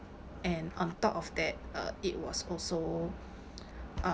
and on top of that uh it was also um